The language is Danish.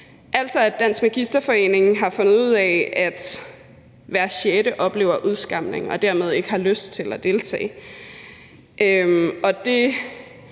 Altså, Dansk Magisterforening har fundet ud af, at hver sjette oplever udskamning og dermed ikke har lyst til at deltage,